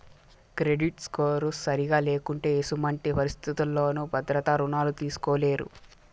credit score సరిగా లేకుంటే ఎసుమంటి పరిస్థితుల్లోనూ భద్రత రుణాలు తీస్కోలేరు